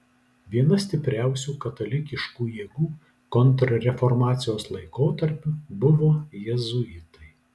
viena stipriausių katalikiškų jėgų kontrreformacijos laikotarpiu buvo jėzuitai